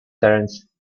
terrence